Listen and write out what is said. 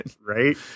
Right